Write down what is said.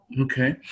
Okay